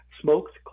smoked